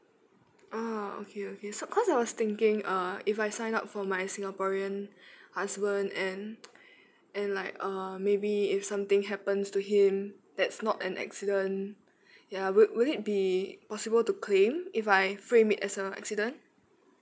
ah okay okay so cause I was thinking uh if I sign up for my singaporean husband and and like um maybe if something happens to him that's not an accident ya will will it be possible to claim if I frame it as a accident